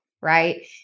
right